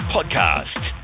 Podcast